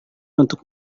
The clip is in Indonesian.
untuk